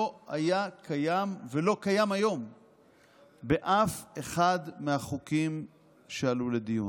לא היה קיים ולא קיים היום באף אחד מהחוקים שעלו לדיון.